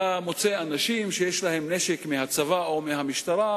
אתה מוצא אנשים שיש להם נשק מהצבא או מהמשטרה,